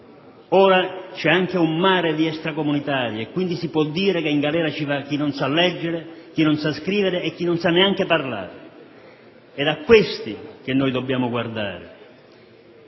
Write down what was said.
ora c'è anche un mare di extracomunitari e, quindi, si può affermare che in galera ci va chi non sa leggere, chi non sa scrivere e chi non sa neanche parlare. È a questi che noi dobbiamo guardare!